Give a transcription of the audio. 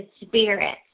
spirit